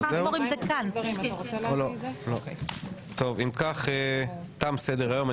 טוב, אם כך, תם סדר-היום.